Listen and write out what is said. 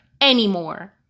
anymore